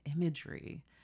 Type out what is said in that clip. imagery